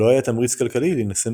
לא היה תמריץ כלכלי להינשא מוקדם.